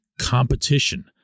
competition